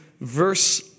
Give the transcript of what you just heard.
verse